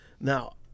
Now